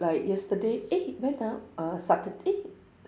like yesterday eh when ah uh satur~ eh